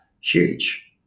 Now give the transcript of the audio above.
huge